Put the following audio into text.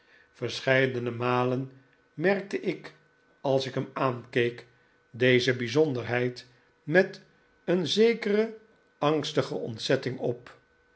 verscheidene malen merkte ik als ik hem aankeek deze een tochtje met mijnheer murdstone bijzonderheid met een zekere angstige ontzetting op